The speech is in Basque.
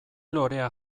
lorea